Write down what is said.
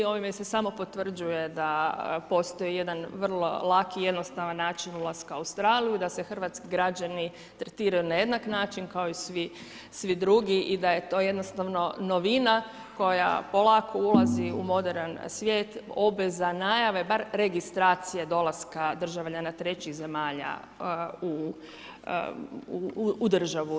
Ovime se samo potvrđuje da postoji jedan vrlo laki i jednostavan način ulaska u Australiju i da se hrvatski građani tretiraju na jednak način kao i svi drugi i da je to jednostavno novina koja polako ulazi u moderan svijet, obje za najave, bar registracije dolaska državljana trećih zemalja u državu.